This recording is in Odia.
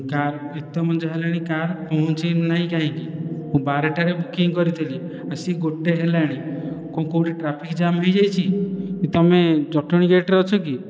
କାର୍ ଏତେ ମଞ୍ଜା ହେଲାଣି କାର୍ ପହଞ୍ଚିନାହିଁ କାହିଁକି ମୁଁ ବାରଟାରେ ବୁକିଂ କରିଥିଲି ଆସିକି ଗୋଟାଏ ହେଲାଣି କ'ଣ କେଉଁଠି ଟ୍ରାଫିକ ଯାମ ହୋଇଯାଇଛି ତୁମେ ଜଟଣୀ ଗେଟ୍ ରେ ଅଛ କି